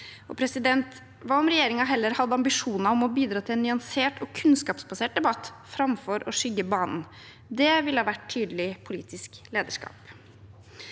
polariserende. Hva om regjeringen heller hadde ambisjoner om å bidra til en nyansert og kunnskapsbasert debatt framfor å skygge banen? Det ville ha vært tydelig politisk lederskap.